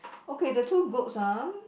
okay the two goats ah